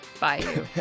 Bye